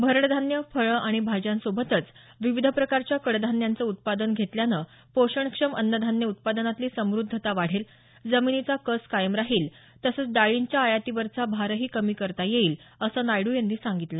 भरड धान्य फळं आणि भाज्यांसोबतच विविध प्रकारच्या कडधान्यांचं उत्पादन घेतल्यानं पोषणक्षम अन्नधान्य उत्पादनांतली समुद्धता वाढेल जमिनीचा कस कायम राहिल तसंच डाळींच्या आयातीवरचा भारही कमी करता येईल असं नायड्र यांनी सांगितलं